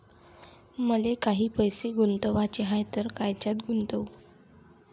मले काही पैसे गुंतवाचे हाय तर कायच्यात गुंतवू?